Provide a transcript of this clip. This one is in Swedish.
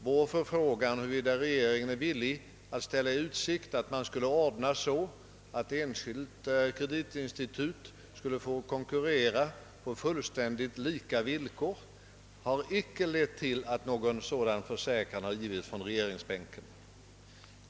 Vår förfrågan huruvida regeringen är villig att ställa i utsikt att ordna så, att ett kreditinstitut skulle få konkurrera på fullständigt lika villkor, har inte lett till att någon sådan försäkran givits från regeringsbänken.